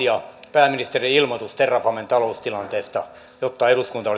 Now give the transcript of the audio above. pääministerin ilmoitus terrafamen taloustilanteesta jotta eduskunta olisi saanut